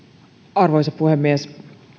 arvoisa puhemies